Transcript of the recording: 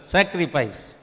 Sacrifice